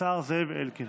השר זאב אלקין.